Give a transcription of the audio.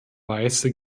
weise